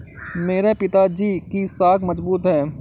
मेरे पिताजी की साख मजबूत है